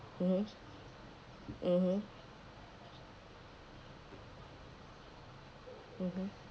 mmhmm mmhmm mmhmm